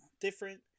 different